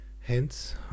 Hence